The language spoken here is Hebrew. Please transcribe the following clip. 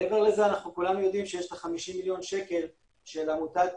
מעבר לזה אנחנו כולנו יודעים שיש את ה-50 מיליון שקל של עמותת